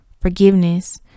forgiveness